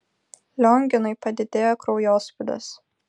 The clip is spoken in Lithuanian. lionginui padidėjo kraujospūdis